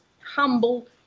humble